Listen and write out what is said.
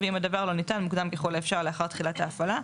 "ואם הדבר לא ניתן מוקדם ככל האפשר לאחר תחילת ההפעלה,